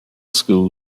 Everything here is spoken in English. school